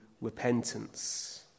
repentance